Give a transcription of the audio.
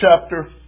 chapter